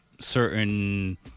certain